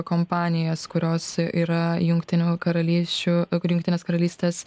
kompanijas kurios yra jungtinių karalysčių ir jungtinės karalystės